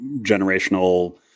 generational